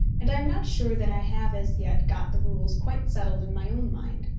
and i am not sure that i have as yet got the rules quite settled in my own mind.